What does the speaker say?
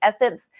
Essence